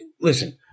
listen